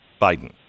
Biden